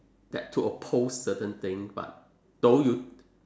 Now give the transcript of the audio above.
that to oppose certain thing but though you